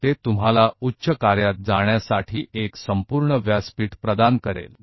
तो यह आपको उच्च कार्यप्रणाली में कूदने के लिए एक संपूर्ण मंच प्रदान करता है